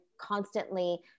constantly